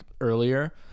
earlier